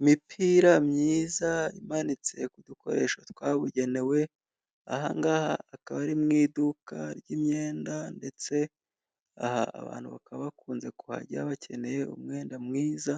Imipira myiza imanitse ku dukoresho twabugenewe, aha ngaha akaba ari mu iduka ry'imyenda ndetse aha abantu bakaba bakunze kuhajya bakeneye umwenda mwiza